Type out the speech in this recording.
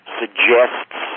suggests